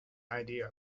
idea